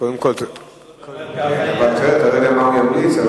אתה לא יודע מה הוא ימליץ.